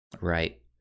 Right